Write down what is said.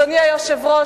אדוני היושב-ראש,